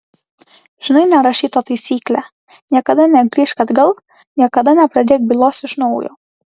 žinai nerašytą taisyklę niekada negrįžk atgal niekada nepradėk bylos iš naujo